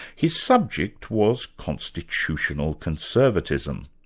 his subject was constitutional conservatism.